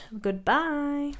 goodbye